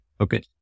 Okay